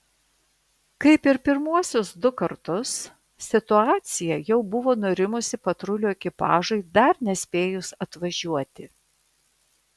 kaip ir pirmuosius du kartus situacija jau buvo nurimusi patrulių ekipažui dar nespėjus atvažiuoti